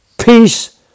peace